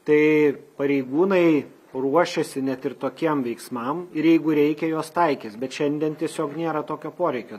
tai pareigūnai ruošiasi net ir tokiem veiksmam ir jeigu reikia juos taikys bet šiandien tiesiog nėra tokio poreikio